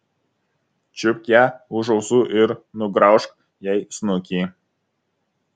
čiupk ją už ausų ir nugraužk jai snukį